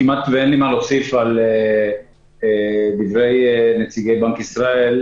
כמעט ואין לי מה להוסיף על דברי נציגי בנק ישראל.